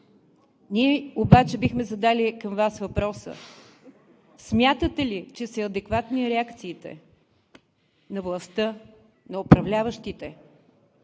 Ние обаче бихме задали към Вас въпроса: смятате ли, че са адекватни реакциите на властта, на управляващите